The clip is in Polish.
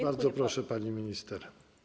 Bardzo proszę, pani minister.